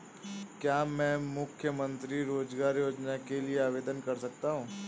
क्या मैं मुख्यमंत्री रोज़गार योजना के लिए आवेदन कर सकता हूँ?